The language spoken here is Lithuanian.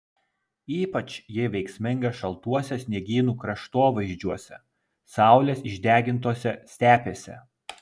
ypač ji veiksminga šaltuose sniegynų kraštovaizdžiuose saulės išdegintose stepėse